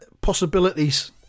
possibilities